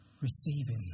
receiving